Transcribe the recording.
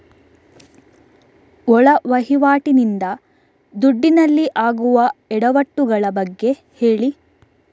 ಒಳ ವಹಿವಾಟಿ ನಿಂದ ದುಡ್ಡಿನಲ್ಲಿ ಆಗುವ ಎಡವಟ್ಟು ಗಳ ಬಗ್ಗೆ ಹೇಳಿ